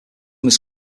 was